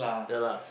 ya lah